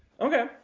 okay